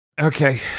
Okay